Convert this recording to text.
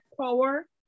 power